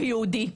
הוא יהודי.